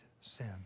sin